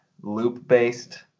loop-based